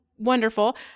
wonderful